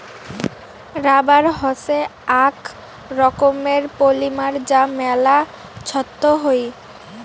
rubber হসে আক রকমের পলিমার যা মেলা ছক্ত হই